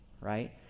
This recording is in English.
right